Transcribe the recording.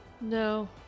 No